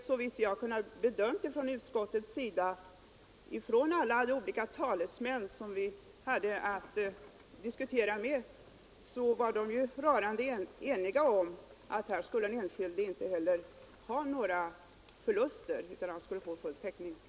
Såvitt jag kunnat bedöma allt som vi hört i utskottet var alla rörande eniga om att den enskilde inte skulle lida några förluster utan få täckning.